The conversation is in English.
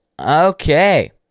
Okay